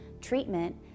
treatment